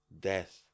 death